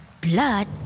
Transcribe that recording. Blood